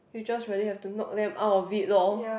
you just really have to knock them out of it loh